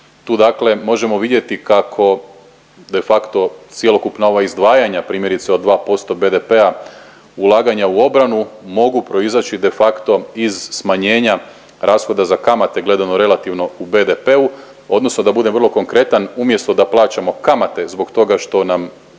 Tu dakle možemo vidjeti kako de facto cjelokupna ova izdvajanja primjerice od 2% BDP-a ulaganja u obranu mogu proizaći de facto iz smanjenja rashoda za kamate gledano relativno u BDP-u odnosno da budem vrlo konkretan, umjesto da plaćamo kamate zbog toga što nam